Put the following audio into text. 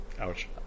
Ouch